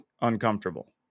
uncomfortable